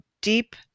deep